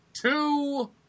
two